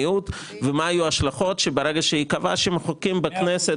מיעוט ומה יהיו ההשלכות שברגע שייקבע שמחוקקים בכנסת